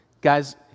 Guys